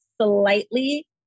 slightly